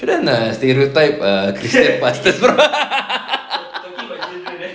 okay shouldn't stereotype err pastor dorang